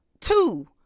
two